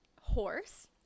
horse